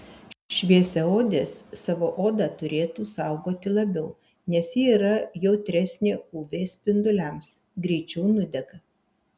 šviesiaodės savo odą turėtų saugoti labiau nes ji yra jautresnė uv spinduliams greičiau nudega